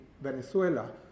Venezuela